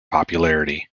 popularity